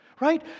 Right